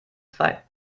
zwei